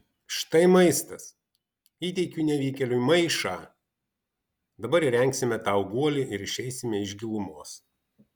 štai maistas įteikiu nevykėliui maišą dabar įrengsime tau guolį ir išeisime iš gilumos